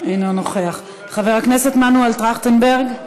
אינו נוכח, חבר הכנסת מנואל טרכטנברג,